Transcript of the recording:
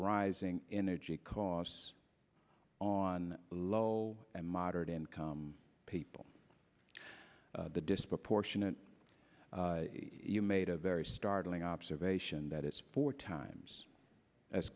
rising energy costs on low and moderate income people the disproportionate you made a very startling observation that is four times as